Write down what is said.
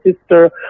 sister